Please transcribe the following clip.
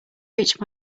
reached